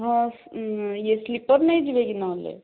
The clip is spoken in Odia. ହଁ ଇଏ ସ୍ଲିପର ନେଇଯିବେ କି ନହେଲେ